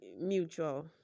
mutual